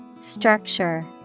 Structure